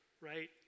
right